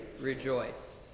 rejoice